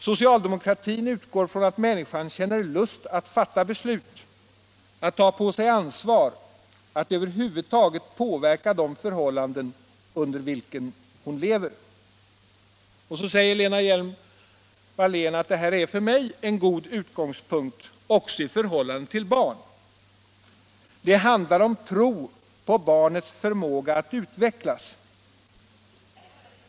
Socialdemokratin utgår från att människan känner lust att fatta beslut, att ta på sig ansvar, att över huvud taget påverka de förhållanden under vilka hon lever.” Så säger Lena Hjelm-Wallén vidare: ”Detta är för mig en god utgångspunkt också i förhållandet till barn. Det handlar om att tro på barnets förmåga att utvecklas.